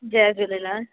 Jay Jhulelal